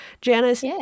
Janice